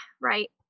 Right